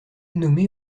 nommé